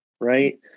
right